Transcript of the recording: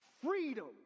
freedom